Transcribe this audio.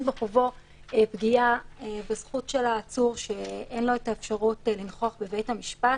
בחובו פגיעה בזכות של העצור שאין לו את האפשרות לנכוח בבית המשפט,